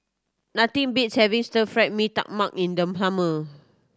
nothing beats having Stir Fried Mee Tai Mak in the summer